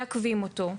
מעכבים אותו.